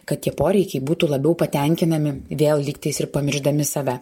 kad tie poreikiai būtų labiau patenkinami vėl lygtais ir pamiršdami save